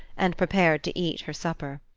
and prepared to eat her supper.